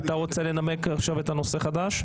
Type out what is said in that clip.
אתה רוצה לנמק עכשיו את הנושא החדש?